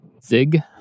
Zig